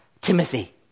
Timothy